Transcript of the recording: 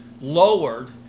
lowered